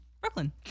Brooklyn